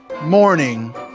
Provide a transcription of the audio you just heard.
morning